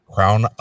Crown